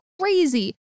crazy